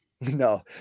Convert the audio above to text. No